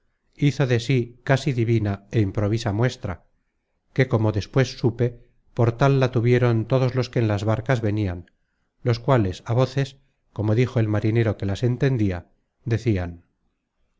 de sí casi divina é improvisa muestra que como despues supe por tal la tuvieron todos los que en las barcas venian los cuales á voces como dijo el marinero que las entendia decian